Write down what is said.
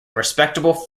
respectable